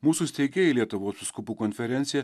mūsų steigėjai lietuvos vyskupų konferencija